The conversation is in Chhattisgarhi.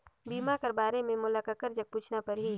बीमा कर बारे मे मोला ककर जग पूछना परही?